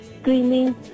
screaming